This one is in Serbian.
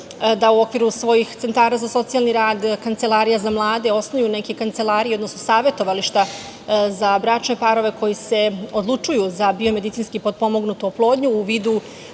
da u okviru svojih centara za socijalni rad, kancelarija za mlade osnuje neke kancelarije, odnosno savetovališta za bračne parove koji se odlučuju za biomedicinski potpomognutu oplodnju u vidu